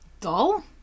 dull